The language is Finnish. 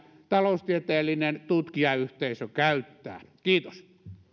taloustieteellinen tutkijayhteisö käyttää kiitos